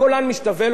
ביום אחד,